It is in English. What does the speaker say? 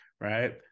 Right